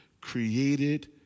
Created